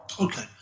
Okay